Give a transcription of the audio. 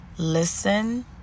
Listen